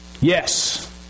Yes